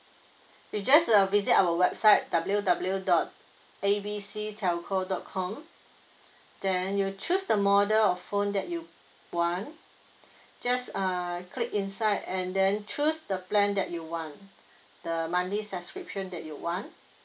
you just uh visit our website W W dot A B C telco dot com then you choose the model of phone that you want just uh click inside and then choose the plan that you want the monthly subscription that you want